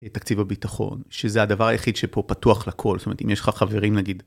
תקציב הביטחון שזה הדבר היחיד שפה פתוח לכל זאת אומרת אם יש לך חברים נגיד.